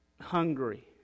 Hungry